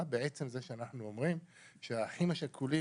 בעצם זה שאנחנו אומרים שהאחים השכולים,